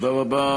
תודה רבה.